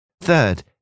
Third